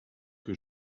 que